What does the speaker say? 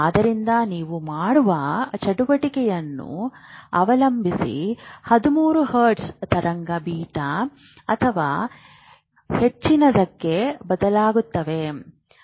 ಆದ್ದರಿಂದ ನೀವು ಮಾಡುವ ಚಟುವಟಿಕೆಯನ್ನು ಅವಲಂಬಿಸಿ 13 ಹರ್ಟ್ಜ್ ತರಂಗ ಬೀಟಾ ಅಥವಾ ಹೆಚ್ಚಿನದಕ್ಕೆ ಬದಲಾಗುತ್ತದೆ